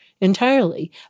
entirely